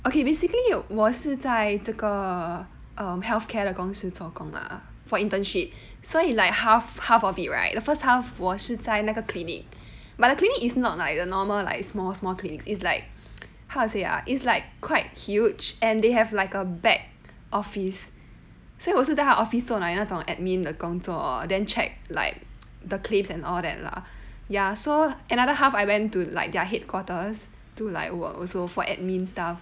okay basically 我是在这个 um healthcare 的公司做工 ah for internship so it's like half half of it right the first half 我是在那个 clinic but the clinic is not like the normal like small small clinics it's like how to say ah it's like quite huge and they have like a back office 所以我是在 office 做 like 那种 admin 的工作 then check like the claims and all that lah ya so another half I went to like their headquarters to like work also for admin stuff